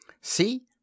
see